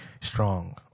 strong